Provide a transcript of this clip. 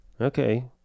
Okay